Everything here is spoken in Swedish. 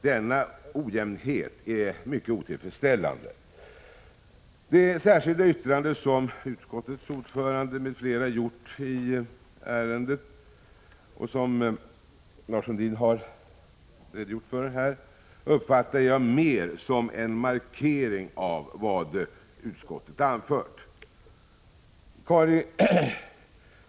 Denna ojämnhet är mycket otillfredsställande. Det särskilda yttrande som utskottets ordförande m.fl. gjort i ärendet och som Lars Sundin har redogjort för uppfattar jag mer som en markering av vad utskottet har anfört.